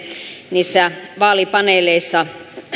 niissä vaalipaneeleissa